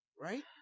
Right